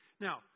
Now